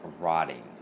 Rotting